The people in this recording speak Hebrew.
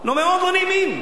מאוד לא נעימים.